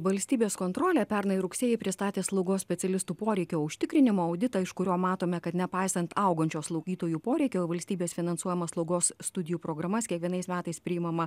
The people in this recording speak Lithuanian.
valstybės kontrolė pernai rugsėjį pristatė slaugos specialistų poreikio užtikrinimo auditą iš kurio matome kad nepaisant augančio slaugytojų poreikio valstybės finansuojamas slaugos studijų programas kiekvienais metais priimama